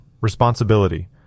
Responsibility